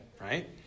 right